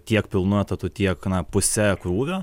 tiek pilnu etatu tiek na puse krūvio